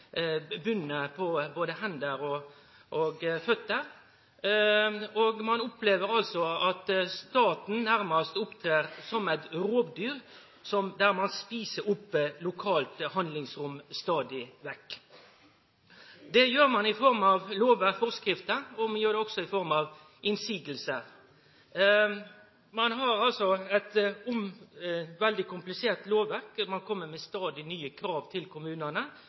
på både hender og føter. Ein opplever altså at staten nærmast opptrer som eit rovdyr, der ein stadig vekk et opp lokalt handlingsrom. Det gjer ein i form av lovar og forskrifter og også i form av innvendingar. Ein har eit veldig komplisert lovverk, og ein kjem med stadig nye krav til kommunane